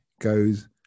goes